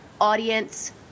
audience